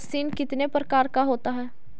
Machine कितने प्रकार का होता है?